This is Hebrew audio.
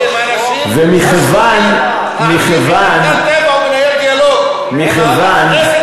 למה שר האוצר לא ניהל דיאלוג עם האנשים העשוקים,